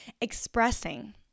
expressing